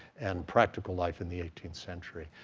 and practical life in the eighteenth century,